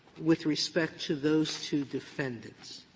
with respect to those two defendants.